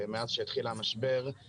מאז שהתחיל המשבר,